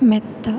മെത്ത